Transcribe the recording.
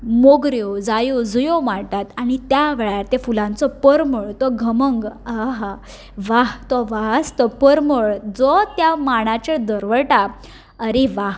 मोगऱ्यो जायो जुयो माळटात आनी त्या वेळार त्या फुलांचो पर्मळ तो घमंग आ हा व्हा तो वास तो पर्मळ जो त्या मांडाचेर दरवळटा आरे व्हा